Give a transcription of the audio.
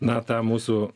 na tą mūsų